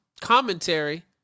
commentary